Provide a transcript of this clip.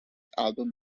album